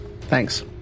Thanks